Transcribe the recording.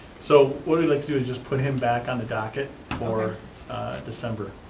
so what we'd like to do is just put him back on the docket for december.